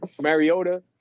Mariota